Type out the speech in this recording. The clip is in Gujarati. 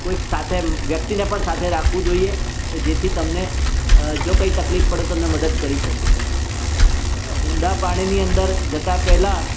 કોઈક સાથે વ્યક્તિને પણ સાથે રાખવું જોઈએ કે જેથી તમને જો કંઈ તકલીફ પડે તો તમને મદદ કરી શકે ઊંડા પાણીની અંદર જતાં પહેલાં